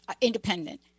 independent